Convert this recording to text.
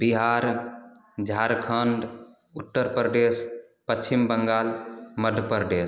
Bihar Jharkhand Uttar Pradesh Paschim Bangal Madhya Pradesh